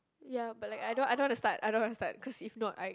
ya but like I don't I don't want to start I don't want to start cause if not I